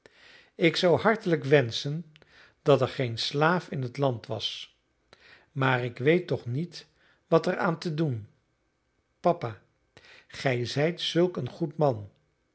ik zou hartelijk wenschen dat er geen slaaf in het land was maar ik weet toch niet wat er aan te doen papa gij zijt zulk een goed man